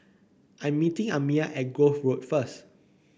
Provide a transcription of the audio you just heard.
I'm meeting Amiah at Grove Road first